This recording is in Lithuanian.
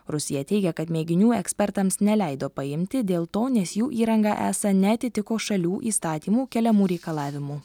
rusija teigia kad mėginių ekspertams neleido paimti dėl to nes jų įranga esą neatitiko šalių įstatymų keliamų reikalavimų